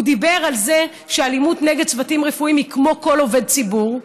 הוא דיבר על זה שאלימות נגד צוותים רפואיים היא כמו נגד כל עובד ציבור.